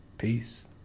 Peace